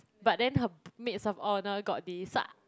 but then her p~ maids of honor got this so